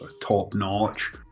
top-notch